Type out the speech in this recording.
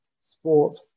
sport